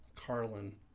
Carlin